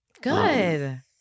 Good